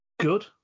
good